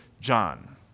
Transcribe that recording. john